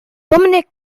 dominique